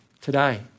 today